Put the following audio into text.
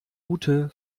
ute